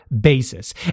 basis